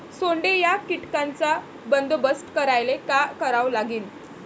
सोंडे या कीटकांचा बंदोबस्त करायले का करावं लागीन?